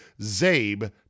ZABE